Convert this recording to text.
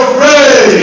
pray